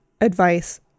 advice